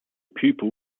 pupil